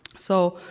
so